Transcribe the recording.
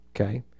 Okay